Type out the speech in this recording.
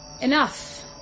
enough